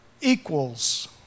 equals